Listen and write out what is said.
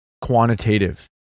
quantitative